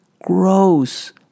gross